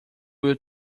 will